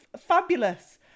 fabulous